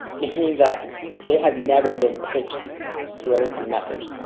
meaning that they have never been pitched to rillington message.